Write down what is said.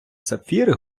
сапфіри